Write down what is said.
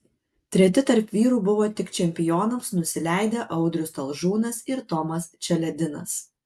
treti tarp vyrų buvo tik čempionams nusileidę audrius talžūnas ir tomas čeledinas